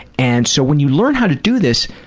and so when you learn how to do this,